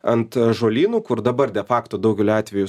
ant žolynų kur dabar de fakto daugeliu atveju